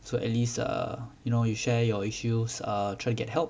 so at least err you know you share your issues err try to get help